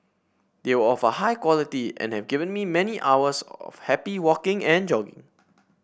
they were of a high quality and have given me many hours of happy walking and jogging